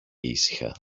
ήσυχα